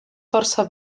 força